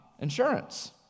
insurance